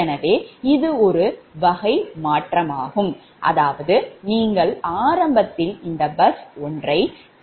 எனவே இது ஒரு வகை மாற்றமாகும் அதாவது நீங்கள் ஆரம்பத்தில் இந்த பஸ் 1றை கருத வேண்டும்